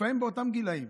לפעמים באותם גילים.